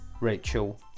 Rachel